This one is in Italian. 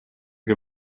che